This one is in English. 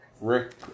Rick